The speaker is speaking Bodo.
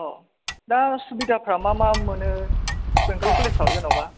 दा सुबिदाफ्रा मा मा मोनो बेंथल कलेजआव जेन'बा